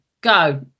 go